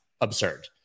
absurd